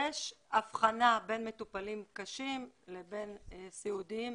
יש הבחנה בין מטופלים קשים, לבין סיעודיים.